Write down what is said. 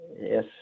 Yes